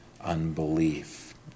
unbelief